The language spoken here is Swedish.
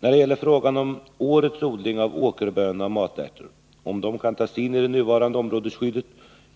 När det gäller frågan om årets odling av åkerböna och matärtor kan tas in i det nuvarande områdesskyddet